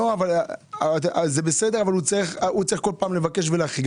אבל הוא צריך כל פעם לבקש ולהחריג.